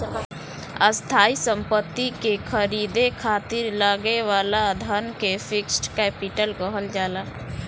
स्थायी सम्पति के ख़रीदे खातिर लागे वाला धन के फिक्स्ड कैपिटल कहल जाला